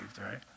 right